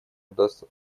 удастся